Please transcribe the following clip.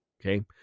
okay